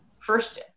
First